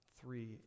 Three